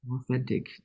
authentic